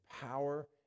power